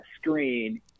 screen